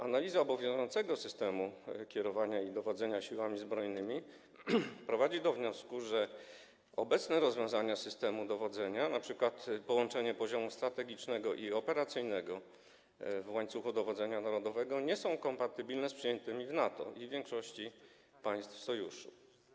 Analiza obowiązującego systemu kierowania i dowodzenia Siłami Zbrojnymi prowadzi do wniosku, że obecne rozwiązania w zakresie systemu dowodzenia, np. połączenie poziomów: strategicznego i operacyjnego w łańcuchu dowodzenia narodowego, nie są kompatybilne z przyjętymi w NATO i w większości państw Sojuszu.